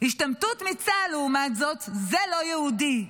השתמטות מצה"ל, לעומת זאת, זה לא יהודי.